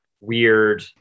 weird